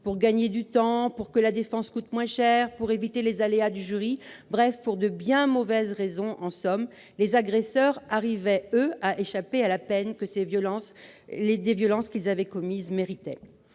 pour gagner du temps, pour que la défense coûte moins cher, pour éviter l'aléa du jury ...» Bref, pour de bien mauvaises raisons, en somme, les agresseurs arrivaient, eux, à échapper à la peine que les violences qu'ils avaient commises méritaient.